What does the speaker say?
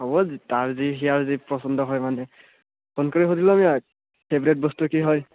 হ'ব যি তাৰ যি সিয়াৰ যি পচন্দ হয় মানে ফোন কৰি শুধি ল'বি ইয়াক ফেভৰেট বস্তু কি হয়